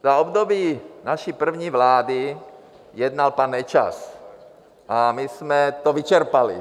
Za období naší první vlády jednal pan Nečas a my jsme to vyčerpali.